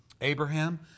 Abraham